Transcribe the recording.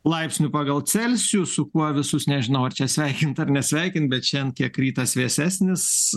laipsnių pagal celsijų su kuo visus nežinau ar čia sveikint ar nesveikint bet šiandien kiek rytas vėsesnis